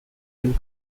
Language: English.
and